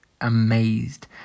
amazed